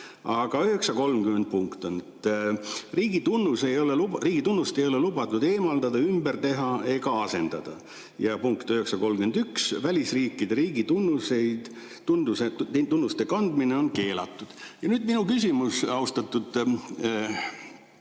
9.30 ütleb, et riigitunnust ei ole lubatud eemaldada, ümber teha ega asendada. Ja punkt 9.31: välisriikide riigitunnuste kandmine on keelatud. Ja nüüd minu küsimus, austatud